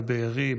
בבארי,